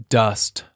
dust